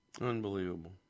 Unbelievable